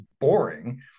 boring